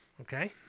Okay